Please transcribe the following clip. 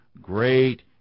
great